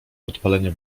podpalenie